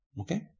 Okay